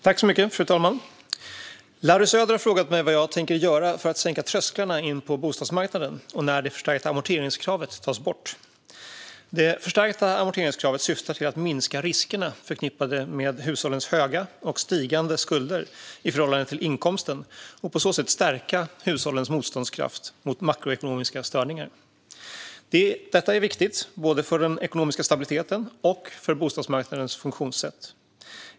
Fru talman! Larry Söder har frågat mig vad jag tänker göra för att sänka trösklarna in på bostadsmarknaden och när det förstärkta amorteringskravet ska tas bort. Det förstärkta amorteringskravet syftar till att minska riskerna förknippade med hushållens höga och stigande skulder i förhållande till inkomsten och på så sätt stärka hushållens motståndskraft mot makroekonomiska störningar. Detta är viktigt både för den ekonomiska stabiliteten och för bostadsmarknadens funktionssätt.